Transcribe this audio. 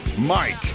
Mike